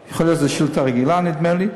יכול להיות שזאת שאילתה רגילה, נדמה לי,